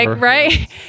right